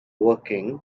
working